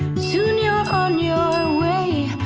soon you're on your way,